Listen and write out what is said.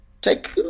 take